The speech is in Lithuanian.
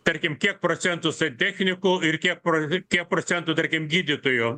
tarkim kiek procentų santechnikų ir kiek pro kiek procentų tarkim gydytojų